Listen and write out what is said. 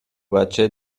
بچه